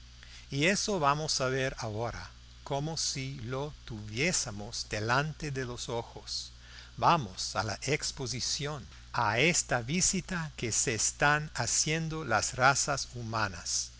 y eso vamos a ver ahora como si lo tuviésemos delante de los ojos vamos a la exposición a esta visita que se están haciendo las razas humanas